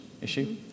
issue